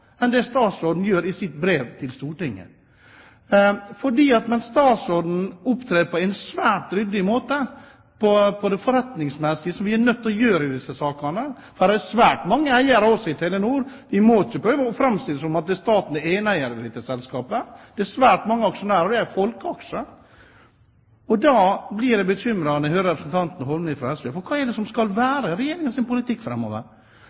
enn det statsråden gjør i sitt brev til Stortinget. Statsråden opptrer på en svært ryddig måte på det forretningsmessige, som vi er nødt til å gjøre i disse sakene. Det er svært mange eiere også i Telenor – vi må ikke prøve å framstille det som om staten er eneeier i dette selskapet, det er svært mange aksjonærer, og det er folkeaksjer. Da blir jeg bekymret når jeg hører representanten Holmelid fra SV, for hva er det som skal være Regjeringens politikk framover?